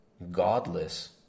godless